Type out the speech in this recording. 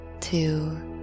two